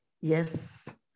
Yes